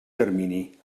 termini